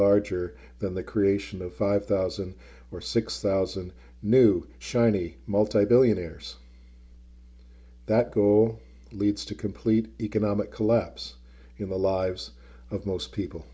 larger than the creation of five thousand or six thousand new shiny multi billionaires that go leads to complete economic collapse in the lives of most people